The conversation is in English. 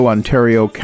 Ontario